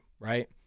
right